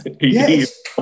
Yes